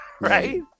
Right